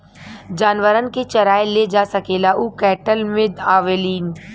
जानवरन के चराए ले जा सकेला उ कैटल मे आवेलीन